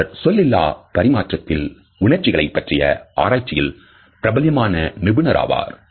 அவர் சொல்லிலா பரிமாற்றத்தில் உணர்ச்சிகளை பற்றிய ஆராய்ச்சியில் பிரபல்யமான நிபுணர் ஆவார்